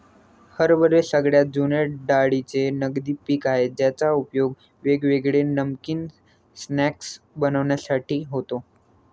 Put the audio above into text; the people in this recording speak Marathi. हरभरे सगळ्यात जुने डाळींचे नगदी पिक आहे ज्याचा उपयोग वेगवेगळे नमकीन स्नाय्क्स बनविण्यासाठी होतो